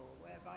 whereby